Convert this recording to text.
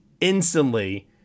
instantly